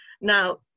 Now